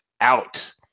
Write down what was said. out